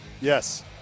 Yes